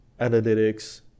analytics